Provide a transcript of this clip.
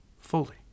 fully